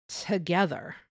together